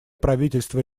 правительства